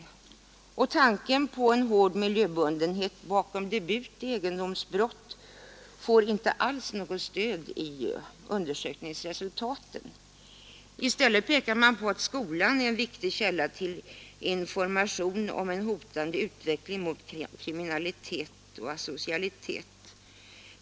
Tanken på en hård miljöbundenhet bakom en debut i egendomsbrott får inte alls något stöd i undersökningsresultaten. I stället pekar man på att skolan är en viktig källa till information om en hotande utveckling mot kriminalitet och asocialitet.